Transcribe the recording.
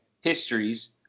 histories